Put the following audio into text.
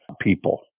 people